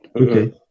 Okay